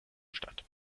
statt